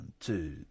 two